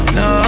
no